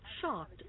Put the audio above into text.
shocked